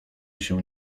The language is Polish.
się